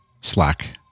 Slack